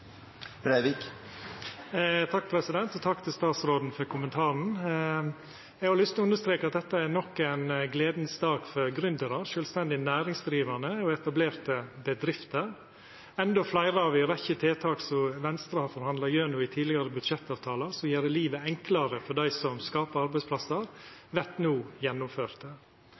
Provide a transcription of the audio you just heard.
Takk til statsråden for kommentaren. Eg har lyst til å understreka at dette er nok ein gledas dag for gründerar, sjølvstendig næringsdrivande og etablerte bedrifter. Endå fleire av ei rekkje tiltak som Venstre har forhandla gjennom i tidlegare budsjettavtaler som gjer livet enklare for dei som skapar arbeidsplassar, vert no gjennomførte.